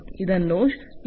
ಇದನ್ನು ಇಂಡಸ್ಟ್ರಿ 1